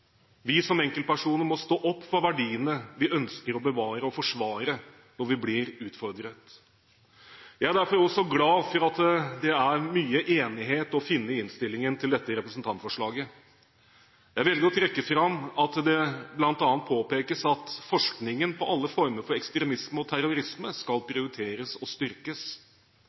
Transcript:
Vi som enkeltpersoner må stå opp for verdiene vi ønsker å bevare og forsvare når vi blir utfordret. Jeg er derfor også glad for at det er mye enighet å finne i innstillingen til dette representantforslaget. Jeg velger å trekke fram at det bl.a. påpekes at forskningen på alle former for ekstremisme og terrorisme skal prioriteres og styrkes.